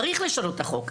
צריך לשנות את החוק.